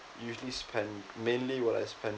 usually spend mainly what I spend